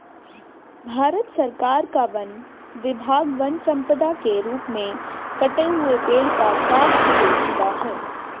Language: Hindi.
भारत सरकार का वन विभाग वन सम्पदा के रूप में कटे हुए पेड़ का काष्ठ बेचता है